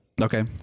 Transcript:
Okay